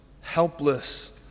helpless